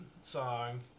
song